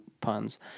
puns